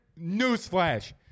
newsflash